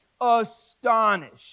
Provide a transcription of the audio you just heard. astonished